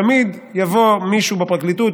תמיד יבוא מישהו בפרקליטות,